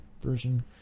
version